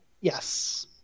Yes